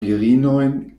virinojn